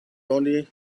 tony